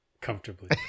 comfortably